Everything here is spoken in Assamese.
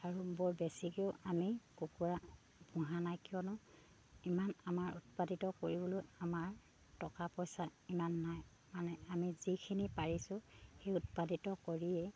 আৰু বৰ বেছিকৈও আমি কুকুৰা পোহা নাই কিয়নো ইমান আমাৰ উৎপাদিত কৰিবলৈ আমাৰ টকা পইচা ইমান নাই মানে আমি যিখিনি পাৰিছোঁ সেই উৎপাদিত কৰিয়েই